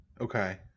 okay